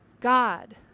God